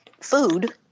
food